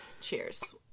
Cheers